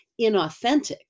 inauthentic